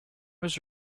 was